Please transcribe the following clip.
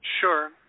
Sure